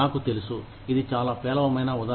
నాకు తెలుసు ఇది చాలా పేలవమైన ఉదాహరణ